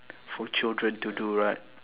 for children to do right